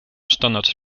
standard